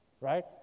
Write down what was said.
right